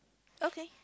okay